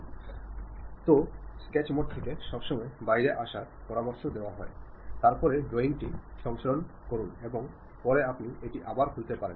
সুতরাং sketch mode থেকে সবসময় বাইরে আসার পরামর্শ দেওয়া হয় তারপরে ড্রয়িংটি সংরক্ষণ করুন এবং পরে আপনি এটি আবার খুলতে পারেন